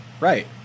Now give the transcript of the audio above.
Right